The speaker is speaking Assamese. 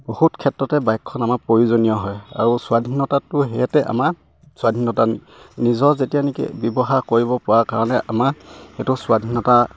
বহুত ক্ষেত্ৰতে বাইকখন আমাৰ প্ৰয়োজনীয় হয় আৰু স্বাধীনতাটো সিহঁতে আমাৰ স্বাধীনতা নিজৰ যেতিয়া নেকি ব্যৱহাৰ কৰিব পৰা কাৰণে আমাৰ সেইটো স্বাধীনতা